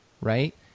right